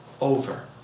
over